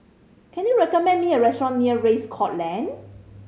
can you recommend me a restaurant near Race Course Lane